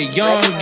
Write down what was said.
young